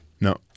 No